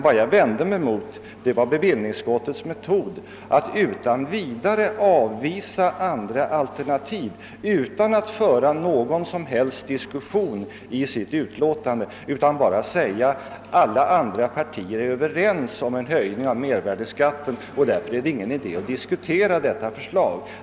Vad jag vände mig emot var bevillningsutskottets metod att avvisa andra alternativ utan att föra någon som helst diskussion härom i sitt betänkande. Man säger bara, att alla andra partier är överens om en höjning av mervärdeskatten och att det därför inte är någon idé att diskutera detta förslag.